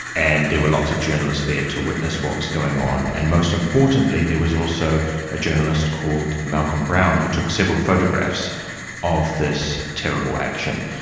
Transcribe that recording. and there were lots of journalists there to witness what was going on. and most importantly there was also a journalist called malcolm browne who took several photographs of this terrible action.